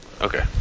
okay